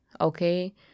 Okay